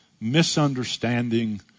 misunderstanding